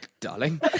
darling